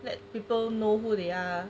let people know who they are